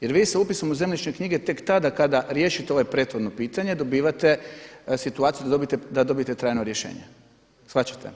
Jer vi se upisom u zemljišne knjige tek tada kada riješite ovo prethodno pitanje dobivate situaciju da dobijete trajno rješenje, shvaćate.